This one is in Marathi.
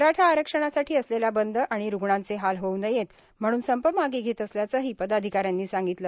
मराठा आरक्षणासाठी असलेला बंद आणि रुग्णांचे हाल होऊ नयेत म्हणून संप मागं घेत असल्याचंही पदाधिकाऱ्यांनी सांगितलं